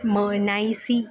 Nicy